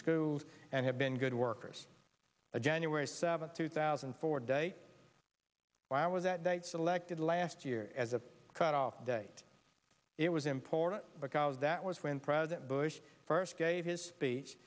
screw and have been good workers a january seventh two thousand and four day why was that date selected last year as a cutoff date it was important because that was when president bush first gave his speech